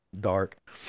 dark